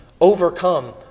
overcome